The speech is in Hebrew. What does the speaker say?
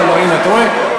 לא, הנה, אתה רואה?